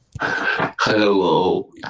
Hello